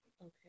Okay